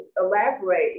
elaborate